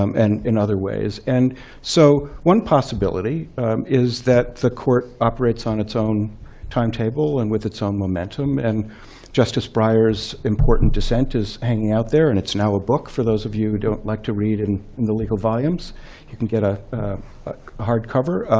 um and in other ways. and so one possibility is that the court operates on its own timetable and with its own momentum. and justice breyer's important dissent is hanging out there, and it's now a book for those of you who don't like to read in in the legal volumes. you can get a hardcover.